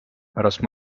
pärast